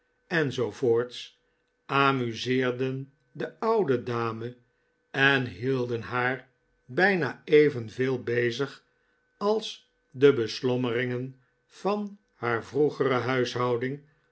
voorts amuseerden de oude dame en hielden haar bijna evenveel bezig als de beslommeringen van haar vroegere huishouding